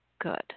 good